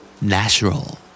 Natural